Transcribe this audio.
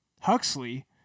Huxley